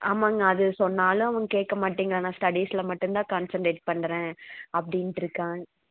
ஆமாங்க அது சொன்னாலும் அவங்க கேட்கமாட்டேங்குறா நான் ஸ்டடிஸ்ல மட்டும் தான் கான்சண்ட்ரேட் பண்ணுறேன் அப்படின்ட்டு இருக்காள்